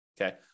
okay